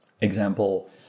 Example